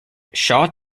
shaw